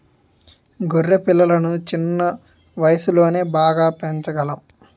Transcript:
గొర్రె పిల్లలను చిన్న వయసులోనే బాగా పెంచగలం